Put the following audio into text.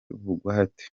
bugwate